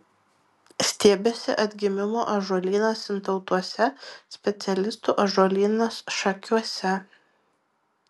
stiebiasi atgimimo ąžuolynas sintautuose specialistų ąžuolynas šakiuose